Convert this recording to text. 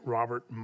Robert